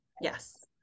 yes